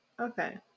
Okay